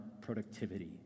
productivity